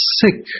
sick